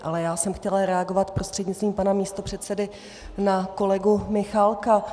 Ale já jsem chtěla reagovat prostřednictvím pana místopředsedy na kolegu Michálka.